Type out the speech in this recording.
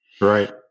Right